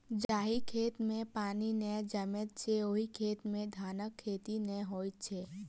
जाहि खेत मे पानि नै जमैत छै, ओहि खेत मे धानक खेती नै होइत छै